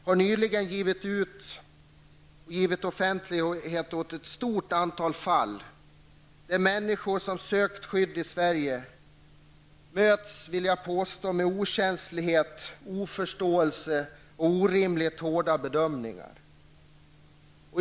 har nyligen givit offentlighet åt ett stort antal fall där människor som har sökt skydd i Sverige mötts av okänslighet, oförståelse och orimligt hårda bedömningar.